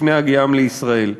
לפני הגיעם לישראל.